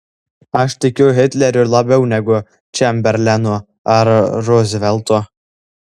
aš tikiu hitleriu labiau negu čemberlenu ar ruzveltu